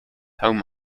home